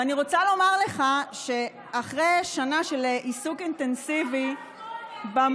אבל אני רוצה לומר לך שאחרי שנה של עיסוק אינטנסיבי במוגנות,